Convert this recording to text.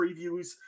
previews